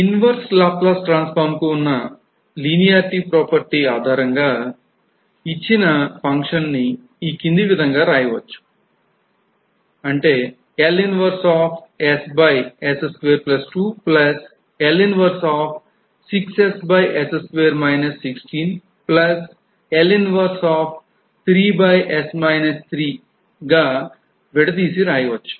Inverse Laplace Transform కు ఉన్న linearity property ఆధారంగా ఈ కింది విధంగా రాయవచ్చు